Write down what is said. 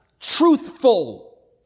truthful